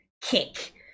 Kick